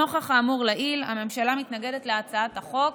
נוכח האמור לעיל, הממשלה מתנגדת להצעת החוק.